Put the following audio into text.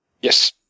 yes